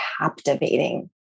captivating